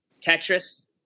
Tetris